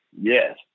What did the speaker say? Yes